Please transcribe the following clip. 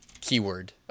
keyword